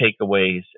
takeaways